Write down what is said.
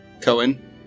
Cohen